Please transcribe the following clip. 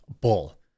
bull